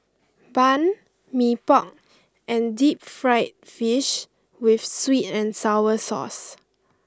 Bun Mee Pok and Deep Fried Fish with Sweet and Sour Sauce